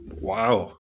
Wow